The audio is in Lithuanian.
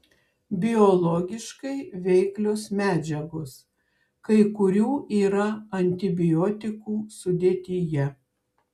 biologiškai veiklios medžiagos kai kurių yra antibiotikų sudėtyje